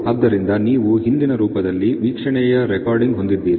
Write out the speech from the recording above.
ಆದ್ದರಿಂದ ನೀವು ಹಿಂದಿನ ರೂಪದಲ್ಲಿ ವೀಕ್ಷಣೆಯ ರೆಕಾರ್ಡಿಂಗ್ ಹೊಂದಿದ್ದೀರಿ